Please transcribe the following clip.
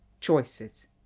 Choices